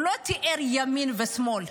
הוא לא תיאר ימין ושמאל,